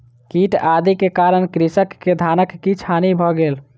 कीट आदि के कारण कृषक के धानक किछ हानि भ गेल